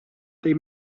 they